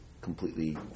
completely